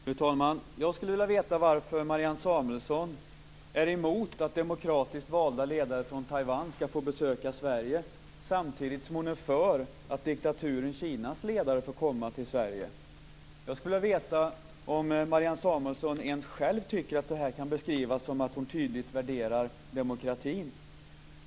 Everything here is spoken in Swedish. Fru talman! Jag skulle vilja veta varför Marianne Samuelsson är emot att demokratiskt valda ledare från Taiwan ska få besöka Sverige samtidigt som hon är för att diktaturen Kinas ledare får komma till Sverige. Jag skulle vilja veta om Marianne Samuelsson ens själv tycker att detta kan beskrivas så att hon tydligt värderar demokratin.